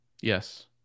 yes